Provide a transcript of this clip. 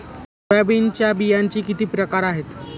सोयाबीनच्या बियांचे किती प्रकार आहेत?